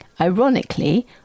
Ironically